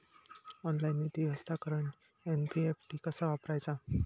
Online निधी हस्तांतरणाक NEFT कसा वापरायचा?